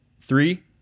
three